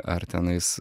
ar tenais